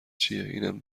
چیه؟ اینم